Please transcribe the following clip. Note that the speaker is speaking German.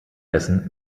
essen